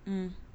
mm